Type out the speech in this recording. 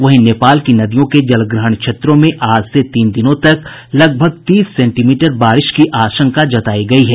वहीं नेपाल की नदियों के जलग्रहण क्षेत्रों में आज से तीन दिनों तक लगभग तीस सेंटीमीटर बारिश की आशंका जतायी गयी है